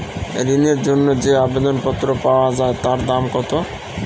ঋণের জন্য যে আবেদন পত্র পাওয়া য়ায় তার দাম কত?